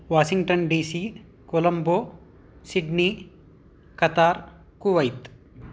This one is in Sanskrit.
Washington DC Colombo Sydney Qatar Kuwait